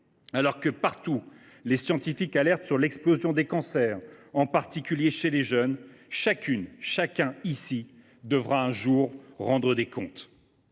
Alors que partout les scientifiques alertent sur l’explosion des cancers, en particulier chez les jeunes, chacune, chacun ici devra un jour rendre des comptes.